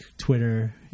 Twitter